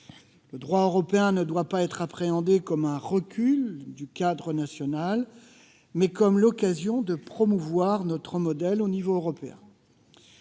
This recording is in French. Le droit européen ne doit pas être appréhendé comme un recul du cadre national, mais comme l'occasion de promouvoir notre modèle au niveau européen,